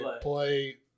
play